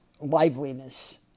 liveliness